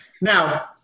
Now